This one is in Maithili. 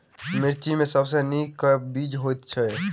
मिर्चा मे सबसँ नीक केँ बीज होइत छै?